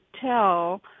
tell